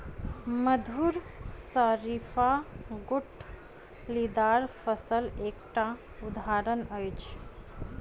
मधुर शरीफा गुठलीदार फलक एकटा उदहारण अछि